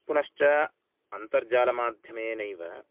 पुनश्च अन्तर्जालमाध्यमेनैव